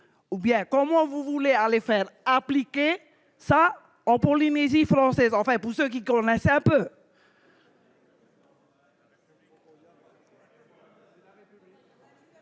ou bien comment vous voulez aller faire appliquer ça on Polynésie Polynésie-Française enfin, pour ceux qui connaissent un peu.